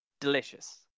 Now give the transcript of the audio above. Delicious